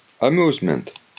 amusement